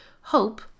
hope